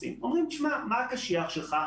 ההוצאות הקשיחות